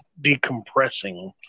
decompressing